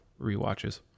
rewatches